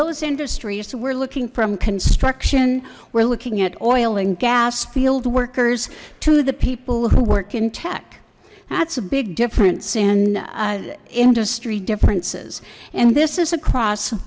those industries we're looking from construction we're looking at oil and gas field workers to the people who work in tech that's a big difference in industry differences and this is across